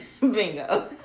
Bingo